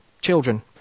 children